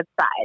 side